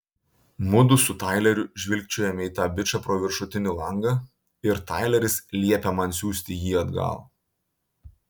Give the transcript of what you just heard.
mudu su taileriu žvilgčiojame į tą bičą pro viršutinį langą ir taileris liepia man siųsti jį atgal